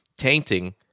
tainting